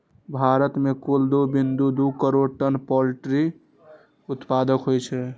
भारत मे कुल दू बिंदु दू करोड़ टन पोल्ट्री उत्पादन होइ छै